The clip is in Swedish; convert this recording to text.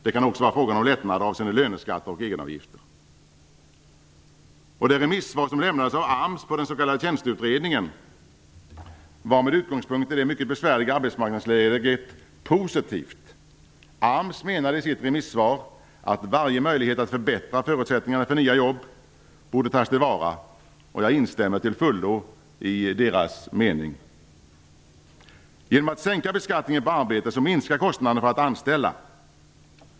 Det kan också vara frågan om lättnader avseende löneskatter och egenavgifter. Tjänsteutredningen var med utgångspunkt i det mycket besvärliga arbetsmarknadsläget positivt. AMS menade i sitt remissvar att varje möjlighet att förbättra förutsättningarna för nya jobb borde tas till vara. Jag instämmer till fullo i detta. Genom att sänka beskattningen på arbete minskar kostnaderna för att anställa.